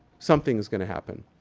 something is gonna happen.